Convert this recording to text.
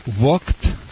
Walked